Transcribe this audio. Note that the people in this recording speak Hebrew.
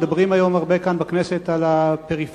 מדברים היום בכנסת הרבה על הפריפריה.